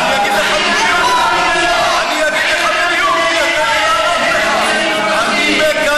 אני מגנה, אני אגיד לך בדיוק מה אני מגנה.